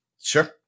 Sure